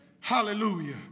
Hallelujah